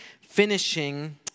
finishing